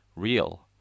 real